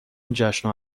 جشن